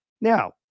Now